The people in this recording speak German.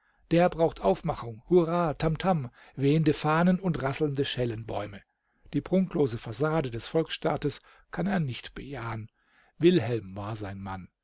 der braucht aufmachung hurra tamtam wehende fahnen und rasselnde schellenbäume die prunklose fassade des volksstaates kann er nicht bejahen wilhelm war sein mann